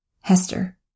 Hester